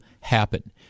happen